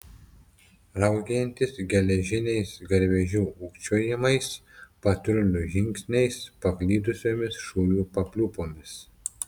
raugėjantis geležiniais garvežių ūkčiojimais patrulių žingsniais paklydusiomis šūvių papliūpomis